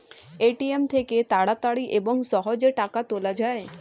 ATM থেকে তাড়াতাড়ি এবং সহজে টাকা তোলা যায়